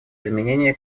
изменения